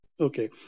Okay